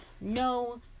No